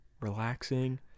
relaxing